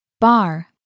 bar